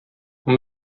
uma